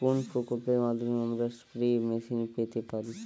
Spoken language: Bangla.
কোন প্রকল্পের মাধ্যমে আমরা স্প্রে মেশিন পেতে পারি?